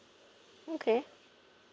okay